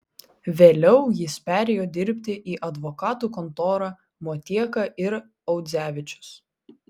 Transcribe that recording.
vėliau jis perėjo dirbti į advokatų kontorą motieka ir audzevičius